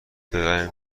برویم